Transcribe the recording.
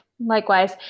Likewise